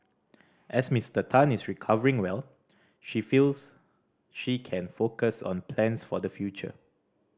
as Mister Tan is recovering well she feels she can focus on plans for the future